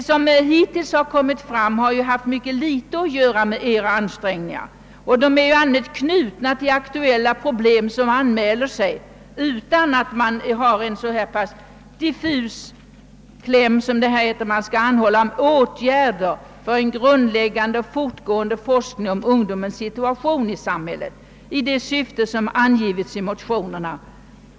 De projekt som hittills påbörjats har ju mycket litet att göra med era ansträngningar och har i allmänhet varit knutna till aktuella problem. De har alltså startats utan påverkan av en så diffus kläm som i denna reservation, där det heter att riksdagen skall »an hålla om åtgärder för en grundläggande och fortgående forskning om ungdomens situation i samhället i det syfte som angivits i motionerna».